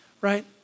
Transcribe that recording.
right